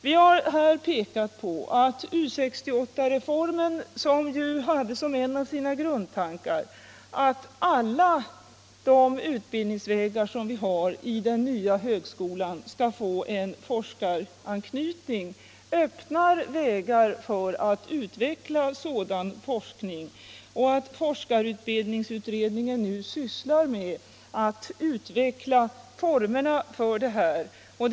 Vi har pekat på att en av grundtankarna i U 68-reformen var att alla utbildningsvägarna i den nya högskolan skulle få forskaranknytning och därmed öppna möj ligheter för att utveckla sådan forskning samt att forskarutbildningsutredningen nu sysslar med att utveckla formerna härför.